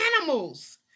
animals